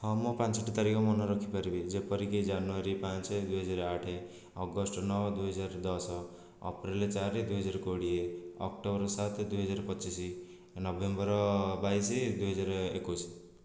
ହଁ ମୁଁ ପାଞ୍ଚୋଟି ତାରିଖ ମନେ ରଖିପାରିବି ଯେପରିକି ଜାନୁଆରୀ ପାଞ୍ଚ ଦୁଇ ହଜାର ଆଠ ଅଗଷ୍ଟ ନଅ ଦୁଇ ହଜାର ଦଶ ଅପ୍ରିଲ ଚାରି ଦୁଇ ହଜାର କୋଡ଼ିଏ ଅକ୍ଟୋବର ସାତ ଦୁଇ ହଜାର ପଚିଶ ନଭେମ୍ବର ବାଇଶ ଦୁଇ ହଜାର ଏକୋଇଶ